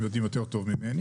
הם יודעים יותר טוב ממני